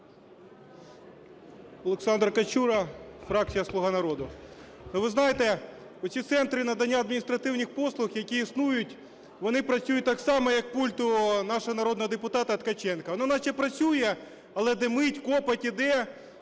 Олександр Качура, фракція "Слуга народу". Ви знаєте, оці центри надання адміністративних послуг, які існують, вони працюють так само, як пульт у нашого народного депутата Ткаченка. Воно наче працює, але димить, копоть йде